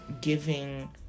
giving